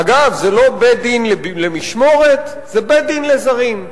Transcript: אגב, זה לא בית-דין למשמורת, זה בית-דין לזרים.